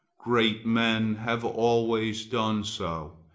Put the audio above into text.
great men have always done so,